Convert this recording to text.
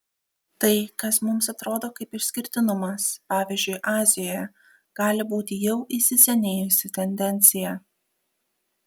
tai kas mums atrodo kaip išskirtinumas pavyzdžiui azijoje gali būti jau įsisenėjusi tendencija